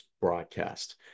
broadcast